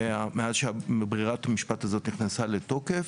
ומאז שברירת המשפט הזאת נכנסה לתוקף.